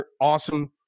awesome